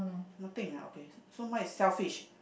nothing ah okay so mine is shellfish